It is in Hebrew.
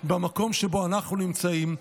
במקום שבו אנחנו נמצאים.